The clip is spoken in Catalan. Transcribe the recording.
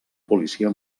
policia